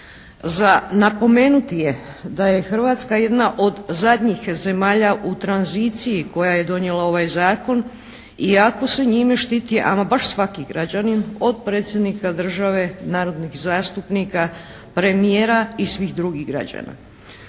Za napomenuti je da je Hrvatska jedna od zadnjih zemalja u tranziciji koja je donijela ovaj zakon iako se njime štiti ama baš svaki građanin od Predsjednika države, narodnih zastupnika, premijera i svih drugih građana.